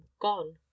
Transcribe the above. gone